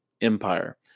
empire